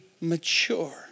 mature